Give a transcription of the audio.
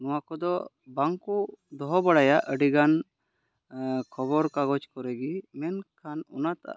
ᱱᱚᱣᱟ ᱠᱚᱫᱚ ᱵᱟᱝ ᱠᱚ ᱫᱚᱦᱚ ᱵᱟᱲᱟᱭᱟ ᱟᱹᱰᱤ ᱜᱟᱱ ᱠᱷᱚᱵᱚᱨ ᱠᱟᱜᱚᱡᱽ ᱠᱚᱨᱮ ᱜᱮ ᱢᱮᱱᱠᱷᱟᱱ ᱚᱱᱟᱴᱟᱜ